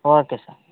okay sir